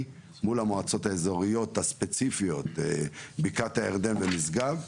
מול המועצות האזורית הספציפיות בקעת הירדן ומשגב,